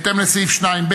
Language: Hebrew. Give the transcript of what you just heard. שני,